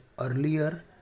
earlier